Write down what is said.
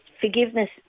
forgiveness